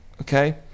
okay